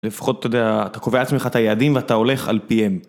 לפחות, אתה יודע, אתה קובע את עצמך את היעדים ואתה הולך על פיהם.